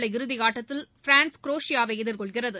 உள்ள இறுதியாட்டத்தில் பிரான்ஸ் குரேஷியாவை எதிர்கொள்கிறது